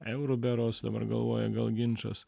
eurų berods dabar galvoju gal ginčas